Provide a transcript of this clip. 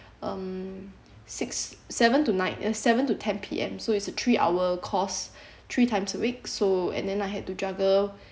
um six seven to nine uh seven to ten P_M so it's a three hour course three times a week so and then I had to juggle